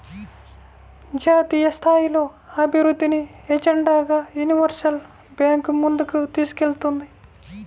జాతీయస్థాయిలో అభివృద్ధిని ఎజెండాగా యూనివర్సల్ బ్యాంకు ముందుకు తీసుకెళ్తుంది